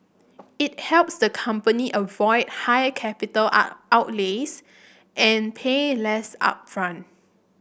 it helps the company avoid high capital outlays and pay less upfront